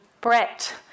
Brett